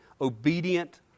obedient